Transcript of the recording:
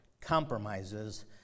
compromises